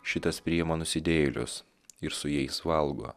šitas priima nusidėjėlius ir su jais valgo